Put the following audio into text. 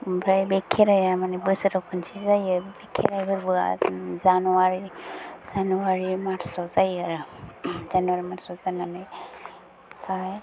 ओमफ्राय बे खेराइया मानि बोसोराव खनसे जायो खेराइ फोरबोआ जानुवारी जानुवारी मार्चआव जायो आरो जानुवारी मार्चआव जानानै ओमफ्राय